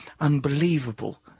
unbelievable